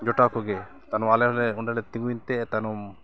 ᱡᱚᱴᱟᱣ ᱠᱚᱜᱮ ᱦᱚᱸᱞᱮ ᱚᱸᱰᱮ ᱞᱮ ᱛᱤᱸᱜᱩᱭ ᱛᱮ ᱛᱟᱭᱱᱚᱢ